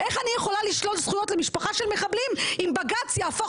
איך אני יכולה לשלול זכויות למשפחה של מחבלים אם בג"ץ יהפוך